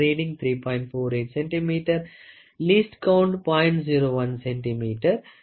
1 இவை 3